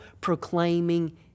proclaiming